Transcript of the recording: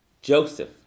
Joseph